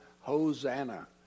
Hosanna